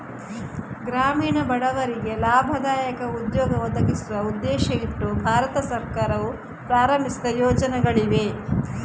ಗ್ರಾಮೀಣ ಬಡವರಿಗೆ ಲಾಭದಾಯಕ ಉದ್ಯೋಗ ಒದಗಿಸುವ ಉದ್ದೇಶ ಇಟ್ಟು ಭಾರತ ಸರ್ಕಾರವು ಪ್ರಾರಂಭಿಸಿದ ಯೋಜನೆಗಳಿವೆ